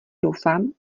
doufám